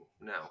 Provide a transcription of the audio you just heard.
No